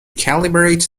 calibrate